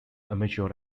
amateur